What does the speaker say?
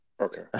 Okay